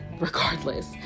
regardless